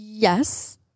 Yes